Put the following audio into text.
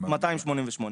288 שעות.